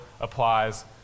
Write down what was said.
applies